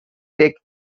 take